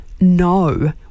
No